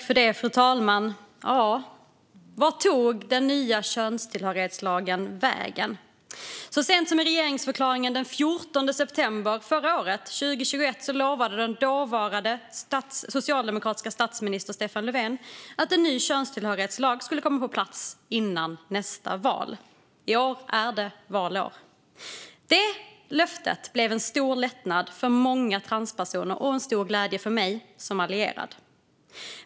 Fru talman! Vart tog den nya könstillhörighetslagen vägen? Så sent som i regeringsförklaringen den 14 september förra året lovade den dåvarande socialdemokratiske statsministern Stefan Löfven att en ny könstillhörighetslag skulle komma på plats före nästa val. I år är det valår. Detta löfte blev en stor lättnad för många transpersoner och en stor glädje för mig som allierad.